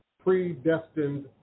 predestined